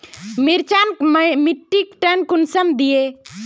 मिर्चान मिट्टीक टन कुंसम दिए?